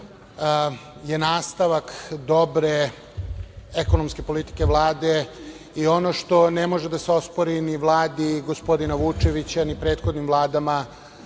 je nastavak dobre ekonomske politike Vlade i ono što ne može da se ospori ni Vladi gospodina Vučevića, ni prethodnim vladama